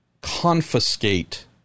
confiscate